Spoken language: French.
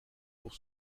pour